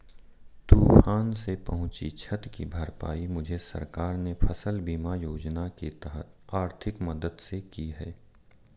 तूफान से पहुंची क्षति की भरपाई मुझे सरकार ने फसल बीमा योजना के तहत आर्थिक मदद से की है